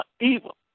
evil